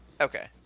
Okay